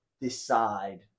decide